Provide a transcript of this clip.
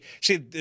see